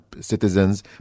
citizens